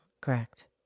Correct